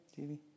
TV